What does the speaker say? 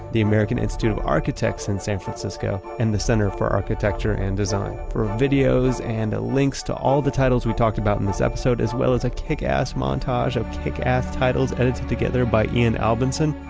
the american institute of architects in san francisco, and the center for architecture and design. for videos and links to all the titles we talked about in this episode, as well as a kickass montage of kickass titles edited together by ian albinson,